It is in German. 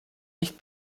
nicht